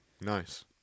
Nice